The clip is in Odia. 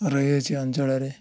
ରହିଅଛି ଅଞ୍ଚଳରେ